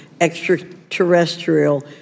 extraterrestrial